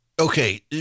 Okay